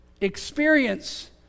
experience